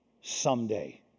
Someday